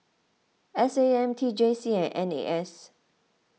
S A M T J C and N A S